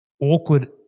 Awkward